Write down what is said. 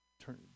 Turn